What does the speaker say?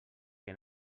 que